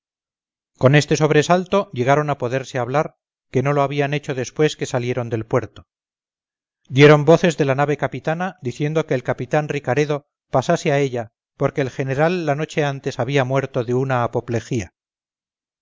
con este sobresalto llegaron a poderse hablar que no lo habían hecho después que salieron del puerto dieron voces de la nave capitana diciendo que el capitán ricaredo pasase a ella porque el general la noche antes había muerto de una